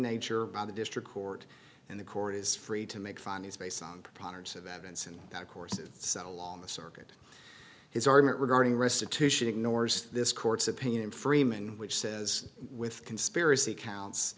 nature by the district court and the court is free to make funnies based on preponderance of evidence and that of course it's along the circuit his argument regarding restitution ignores this court's opinion freeman which says with conspiracy counts